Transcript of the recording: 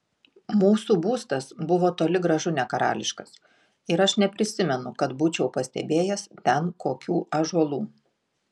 mūsų būstas buvo toli gražu ne karališkas ir aš neprisimenu kad būčiau pastebėjęs ten kokių ąžuolų